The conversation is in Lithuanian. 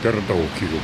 per daug jų